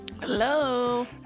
Hello